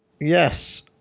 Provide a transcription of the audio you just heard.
Yes